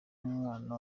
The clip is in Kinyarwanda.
w’umwana